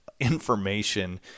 information